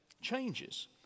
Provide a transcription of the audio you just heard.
changes